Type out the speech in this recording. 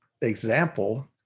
example